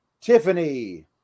Tiffany